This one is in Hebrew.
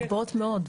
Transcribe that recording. הן גבוהות מאוד.